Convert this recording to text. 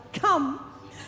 come